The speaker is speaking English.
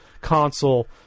console